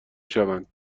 شوند